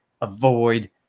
avoid